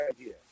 idea